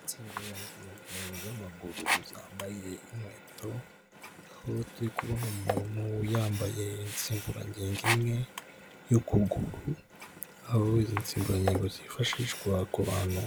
Insimburangingo z'amaguru zambaye inkweto aho turi kubona umuntuyambaye insimburangingo imwe y'ukuguru, aho izi nsimbugingo zifashishwa ku bantu